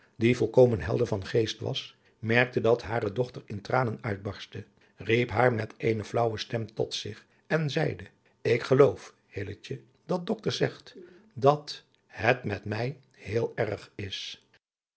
die volkomen helder van geest was merkte dat hare dochter in tranen uitbarstte riep haar met eene flaauwe stem tot zich en zeide ik geloof hilletje dat doctor zegt dat het met mij heel erg is